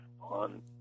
on